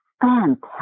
fantastic